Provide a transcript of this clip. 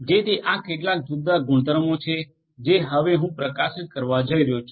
જેથી આ કેટલાક જુદા જુદા ગુણધર્મો છે જે હું હવે પ્રકાશિત કરવા જઈ રહ્યો છું